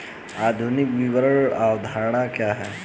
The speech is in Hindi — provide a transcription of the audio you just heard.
आधुनिक विपणन अवधारणा क्या है?